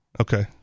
Okay